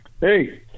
Hey